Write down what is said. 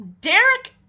Derek